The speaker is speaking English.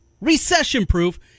recession-proof